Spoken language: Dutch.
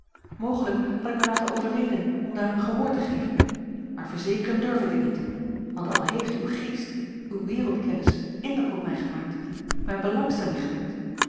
mogelijk had ik mij laten overreden om daaraan gehoor te geven maar verzekeren durf ik dit niet want al heeft uw geest uwe wereldkennis indruk op mij gemaakt mijne belangstelling gewekt